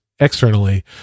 externally